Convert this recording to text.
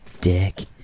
Dick